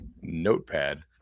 notepad